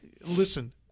listen